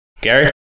Gary